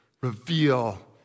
reveal